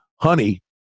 honey